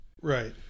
Right